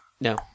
No